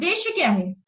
तो उद्देश्य क्या है